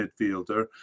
midfielder